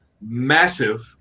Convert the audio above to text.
massive